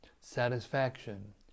satisfaction